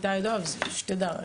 כן.